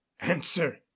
Answer